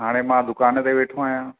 हाणे मां दुकान ते वेठो आहियां